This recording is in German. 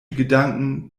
gedanken